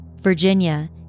Virginia